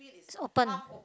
is open